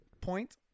point